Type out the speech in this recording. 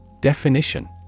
Definition